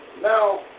Now